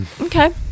Okay